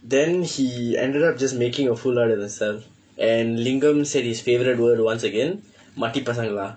then he ended up just making a fool out of himself and lingam said his favourite word once again மட பசங்கள:mada pasangkala